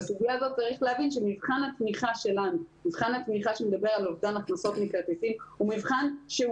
צריך להבין שמבחן התמיכה שמדבר על אובדן הכנסות מכרטיסים הוא מבחן שהוא